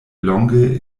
longe